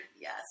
Yes